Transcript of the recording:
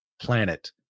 planet